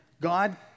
God